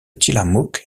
tillamook